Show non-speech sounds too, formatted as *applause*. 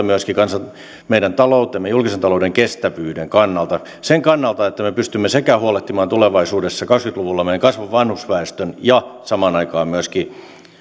*unintelligible* myöskin meidän julkisen talouden kestävyyden kannalta sen kannalta että me pystymme huolehtimaan tulevaisuudessa kaksikymmentä luvulla meidän kasvavan vanhusväestön ja samaan aikaan myöskin